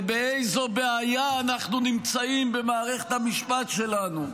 ובאיזה בעיה אנחנו נמצאים במערכת המשפט שלנו,